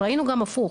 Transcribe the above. אבל ראינו גם הפוך.